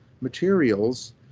materials